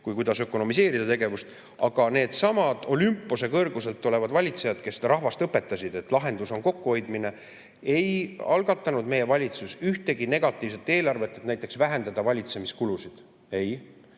kuidas ökonomiseerida oma tegevust. Aga needsamad Olümpose kõrgusel olevad valitsejad, kes rahvast õpetasid, et lahendus on kokkuhoidmine, ei algatanud meie valitsuses ühtegi negatiivset eelarvet, näiteks et vähendada valitsemiskulusid. Ei!